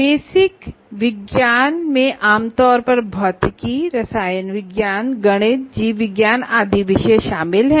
basic science में आमतौर पर physics chemistry mathematics biology PhysicsChemistry MathematicsBiologyआदि विषय शामिल है